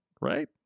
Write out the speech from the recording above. Right